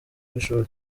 b’ishuri